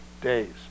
days